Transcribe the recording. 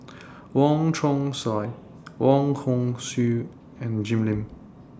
Wong Chong Sai Wong Hong Suen and Jim Lim